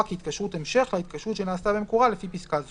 כהתקשרות המשך להתקשרות שנעשתה במקורה לפי פסקה זו,